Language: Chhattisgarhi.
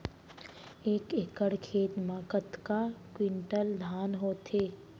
एक एकड़ खेत मा कतका क्विंटल धान होथे?